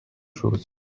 choses